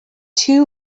two